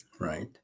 Right